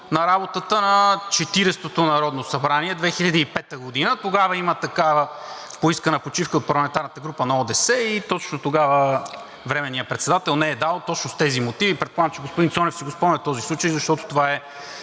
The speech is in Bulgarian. на работата на Четиридесетото народно събрание – 2005 г., тогава има такава поискана почивка от парламентарната група на ОДС и тогава временният председател не е дал точно с тези мотиви. Предполагам, че господин Цонев си го спомня този случай, защото това е